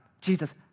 Jesus